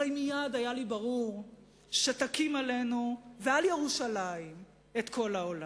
הרי מייד היה לי ברור שתקים עלינו ועל ירושלים את כל העולם,